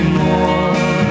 more